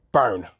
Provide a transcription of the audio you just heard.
Burn